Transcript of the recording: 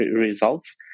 results